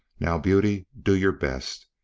now, beauty, do your best,